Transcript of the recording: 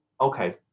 okay